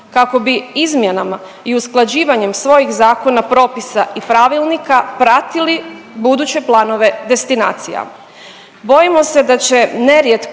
kako bi izmjenama i usklađivanjem svojih zakona, propisa i pravilnika pratili buduće planove destinacija. Bojimo se da će nerijetko